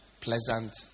pleasant